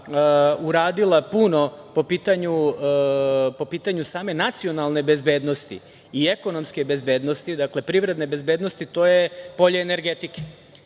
uradila puno po pitanju same nacionalne bezbednosti i ekonomske bezbednosti, dakle, privredne bezbednosti, to je polje energetike.